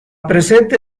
presente